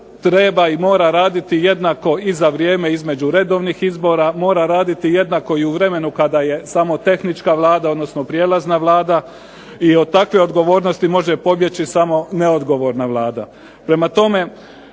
treba i mora raditi jednako i za vrijeme između redovnih izbora, mora raditi jednako i u vremenu kada je samo tehnička Vlada, odnosno prijelazna Vlada i od takve odgovornosti može pobjeći samo neodgovorna Vlada.